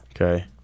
Okay